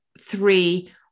three